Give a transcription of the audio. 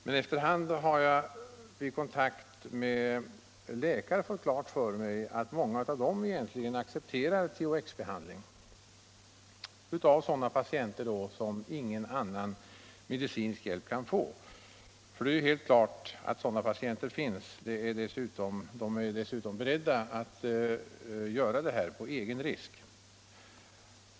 Men efter hand har jag vid kontakter med läkare fått klart för mig att många av dem egentligen accepterar THX-behandling av patienter som ingen annan medicinsk hjälp kan få. Det är helt klart att det finns sådana patienter, och de är dessutom beredda att undergå den här behandlingen på egen risk.